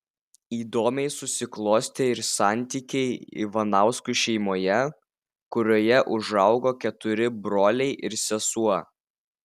įdomiai susiklostė ir santykiai ivanauskų šeimoje kurioje užaugo keturi broliai ir sesuo